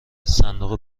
صندوق